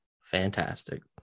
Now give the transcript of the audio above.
fantastic